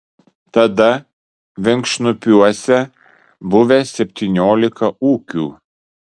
tada vinkšnupiuose buvę septyniolika ūkių